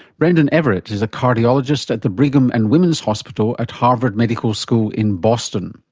brendan everett is a cardiologist at the brigham and women's hospital at harvard medical school in boston.